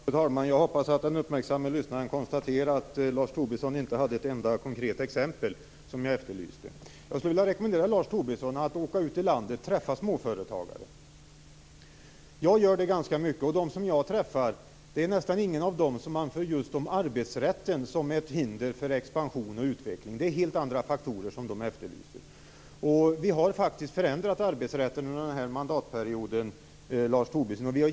Fru talman! Jag hoppas att den uppmärksamme lyssnaren konstaterar att Lars Tobisson inte hade ett enda konkret exempel, som jag efterlyste. Jag skulle vilja rekommendera Lars Tobisson att åka ut i landet och träffa småföretagare. Jag gör det ganska ofta. Av dem som jag träffar är det nästan ingen som anför just arbetsrätten som ett hinder för expansion och utveckling. Det är helt andra faktorer som de efterlyser. Vi har faktiskt förändrat arbetsrätten under den här mandatperioden, Lars Tobisson.